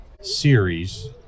series